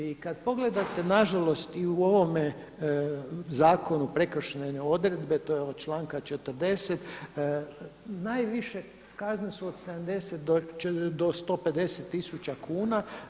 I kada pogledate nažalost i u ovome zakonu prekršajne odredbe to je ovo članka 40 najviše kazne su od 70 do 150 tisuća kuna.